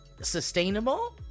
sustainable